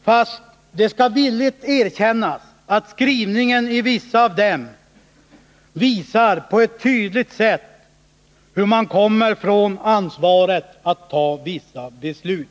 Fast det skall villigt erkännas att skrivningen i vissa av dem på ett tydligt sätt visar hur man kommer från ansvaret att ta vissa beslut.